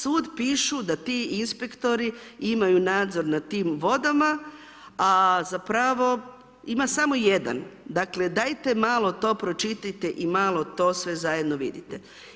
Sud pišu da ti inspektori imaju nadzor nad tim vodama, a zapravo, ima samo 1, dakle, dajte malo to pročitajte i malo to sve zajedno vidite.